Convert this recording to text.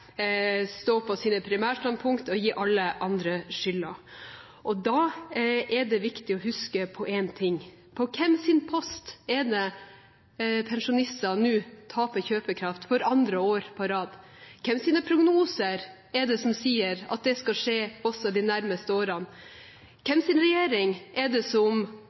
stå på sine primærstandpunkt og gi alle andre skylden. Da er det viktig å huske på dette: På hvem sin post er det pensjonistene nå taper kjøpekraft for andre år på rad? Hvem sine prognoser er det som sier at det også skal skje de nærmeste årene? Hvem sin regjering er det som